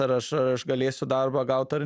ar aš ar aš galėsiu darbą gaut ar